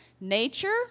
Nature